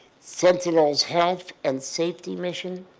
sentinel's health and safety mission,